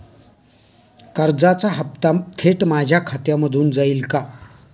कर्जाचा हप्ता थेट माझ्या खात्यामधून जाईल का?